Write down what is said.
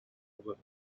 river